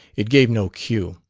it gave no cue.